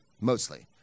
mostly